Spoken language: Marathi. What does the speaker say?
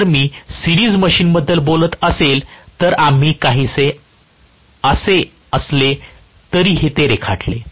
जर मी सिरीज मशिनबद्दल बोलत असेल तर आम्ही काहीसे असे असले तरी ते काढले